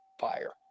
fire